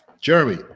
jeremy